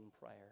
prayer